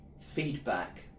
feedback